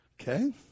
okay